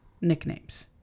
nicknames